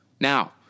Now